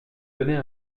donner